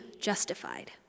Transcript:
justified